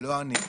לא אני.